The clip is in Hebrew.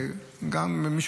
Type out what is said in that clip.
גם מישהו